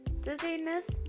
dizziness